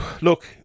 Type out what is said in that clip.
look